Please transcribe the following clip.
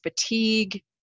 fatigue